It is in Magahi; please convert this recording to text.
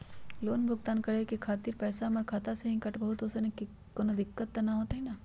लोन भुगतान करे के खातिर पैसा हमर खाता में से ही काटबहु त ओसे कौनो दिक्कत त न होई न?